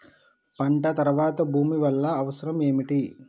పంట తర్వాత భూమి వల్ల అవసరం ఏమిటి?